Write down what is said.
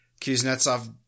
Kuznetsov